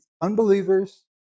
unbelievers